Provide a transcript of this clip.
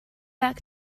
back